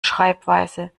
schreibweise